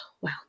wow